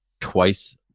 twice